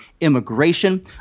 immigration